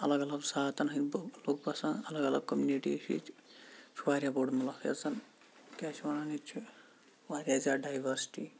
اَلَگ الَگ ساتَن ہٕنٛدۍ لُکھ بَسان اَلَگ الَگ کومنٹی ہِتھ یہِ چھُ واریاہ بوٚڈ مُلُک یتھ زَن کیاہ چھِ وَنان ییٚتہِ چھُ واریاہ زیادٕ ڈایورسِٹی